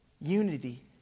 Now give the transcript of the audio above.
unity